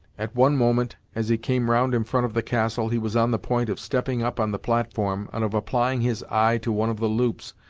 at one moment, as he came round in front of the castle, he was on the point of stepping up on the platform and of applying his eye to one of the loops,